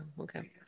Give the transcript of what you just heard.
okay